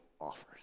offers